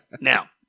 Now